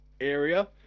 area